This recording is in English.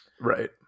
Right